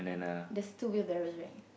there's two wheel barrows right